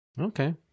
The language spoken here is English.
Okay